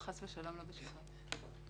חס ושלום, לא בשבת.